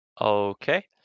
Okay